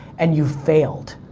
and you've failed.